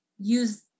use